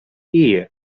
here